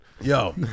Yo